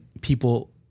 people